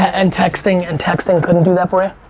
and texting and texting couldn't do that for ah